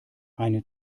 eine